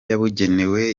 yabugenewe